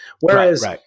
Whereas